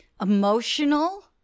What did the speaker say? emotional